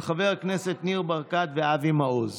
של חברי הכנסת ניר ברקת ואבי מעוז.